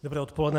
Dobré odpoledne.